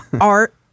art